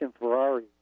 Ferrari